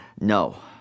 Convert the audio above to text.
No